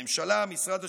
הממשלה, משרד השיכון,